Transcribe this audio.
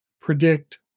predict